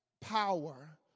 power